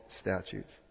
statutes